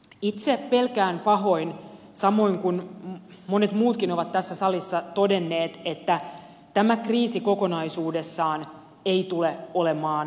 itse pelkään pahoin samoin kuin monet muutkin ovat tässä salissa todenneet että tämä kriisi kokonaisuudessaan ei tule olemaan lyhyt